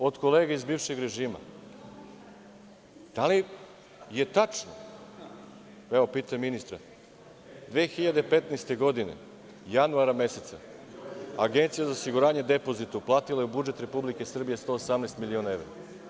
Niko mi ne reče od kolega iz bivšeg režima da li je tačno, evo pitam ministra, 2015. godine, januara meseca, Agencija za osiguranje depozita uplatila je u budžet Republike Srbije 118 miliona evra?